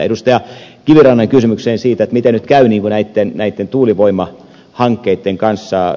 kivirannan kysymykseen siitä miten nyt käy näitten tuulivoimahankkeitten kanssa